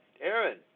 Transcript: Aaron